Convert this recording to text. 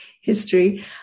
history